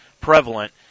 prevalent